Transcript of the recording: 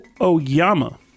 Oyama